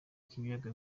k’ibiyaga